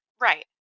right